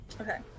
Okay